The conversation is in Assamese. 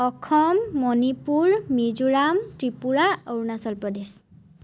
অসম মণিপুৰ মিজোৰাম ত্ৰিপুৰা অৰুণাচল প্ৰদেশ